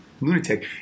lunatic